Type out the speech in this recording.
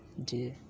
ᱡᱮ